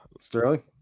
sterling